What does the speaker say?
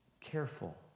careful